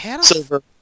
Silver